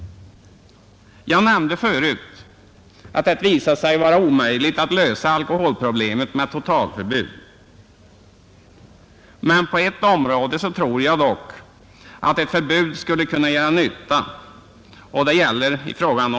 Jag nämnde förut att det visat sig vara omöjligt att lösa alkoholproblemet med ett totalförbud. På ett område tror jag dock att ett förbud skulle kunna göra nytta. Det gäller reklamen.